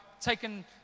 taken